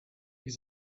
ich